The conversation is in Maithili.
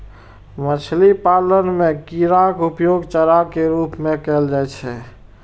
मछली पालन मे कीड़ाक उपयोग चारा के रूप मे कैल जाइ छै